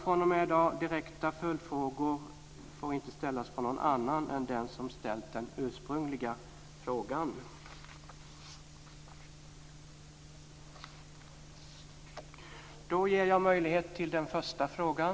Från och med i dag får alltså direkta följdfrågor inte ställas av någon annan än den som ställt den ursprungliga frågan.